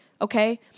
Okay